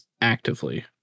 actively